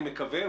אני מקווה,